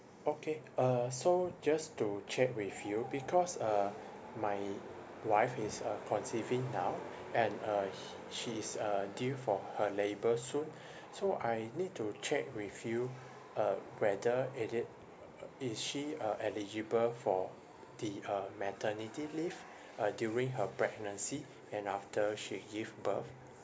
okay uh so just to check with you because uh my wife is uh conceiving now and uh sh~ she is uh due for her labour soon so I need to check with you um whether is it is she uh eligible for the uh maternity leave uh during her pregnancy and after she give birth